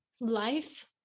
Life